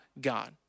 God